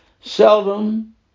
seldom